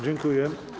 Dziękuję.